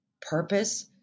purpose